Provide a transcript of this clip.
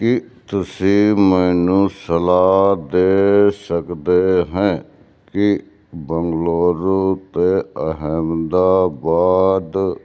ਕੀ ਤੁਸੀਂ ਮੈਨੂੰ ਸਲਾਹ ਦੇ ਸਕਦੇ ਹੋ ਕਿ ਬੈਂਗਲੁਰੂ ਅਤੇ ਅਹਿਮਦਾਬਾਦ